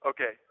Okay